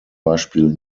beispiel